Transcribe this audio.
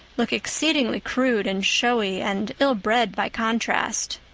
look exceedingly crude and showy and ill-bred by contrast.